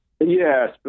Yes